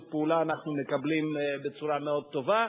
אנחנו מקבלים שיתוף פעולה בצורה מאוד טובה.